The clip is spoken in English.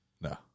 No